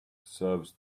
serves